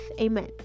Amen